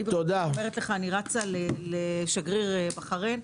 אני רצה לשגריר בחריין.